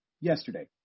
yesterday